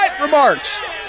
remarks